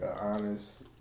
honest